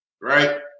right